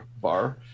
bar